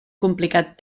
complicat